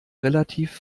relativ